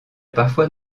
parfois